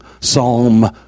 psalm